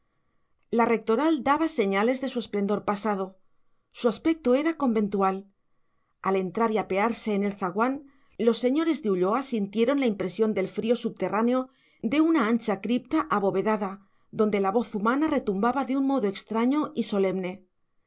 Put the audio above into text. la rectoral daba señales de su esplendor pasado su aspecto era conventual al entrar y apearse en el zaguán los señores de ulloa sintieron la impresión del frío subterráneo de una ancha cripta abovedada donde la voz humana retumbaba de un modo extraño y solemne